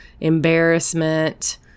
embarrassment